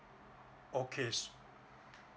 okay